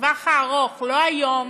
לטווח הארוך, לא היום,